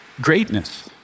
Greatness